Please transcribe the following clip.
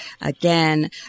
Again